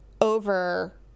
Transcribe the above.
over